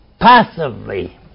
passively